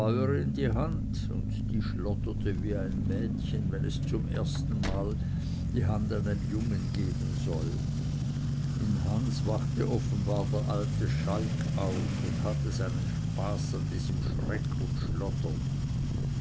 die hand und die schlotterte wie ein mädchen wenn es die hand zum erstenmal einem jungen geben soll in hans wachte offenbar der alte schalk auf und hatte seinen spaß an diesem schreck und